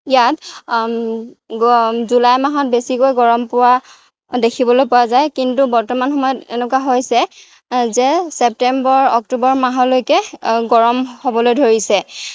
ইয়াত জুলাই মাহত বেছিকৈ গৰম পোৱা দেখিবলৈ পোৱা যায় কিন্তু বৰ্তমান সময়ত এনেকুৱা হৈছে যে ছেপ্তেম্বৰ অক্টোবৰ মাহলৈকে গৰম হ'বলৈ ধৰিছে